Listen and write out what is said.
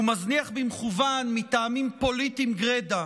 הוא מזניח במכוון, מטעמים פוליטיים גרידא,